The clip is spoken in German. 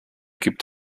gibt